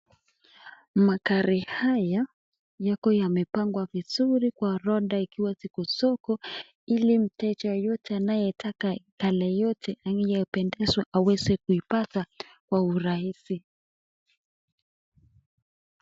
Magari haya yako yamepangwa vizuri kwa roda ikiwa ziko soko ili mteje yoyote anayetaka color yoyote aliyopendezwa aweze kuipata kwa urahisi.